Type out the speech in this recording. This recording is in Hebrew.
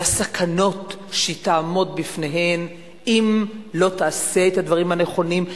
על הסכנות שהיא תעמוד בפניהן אם לא תעשה את הדברים הנכונים,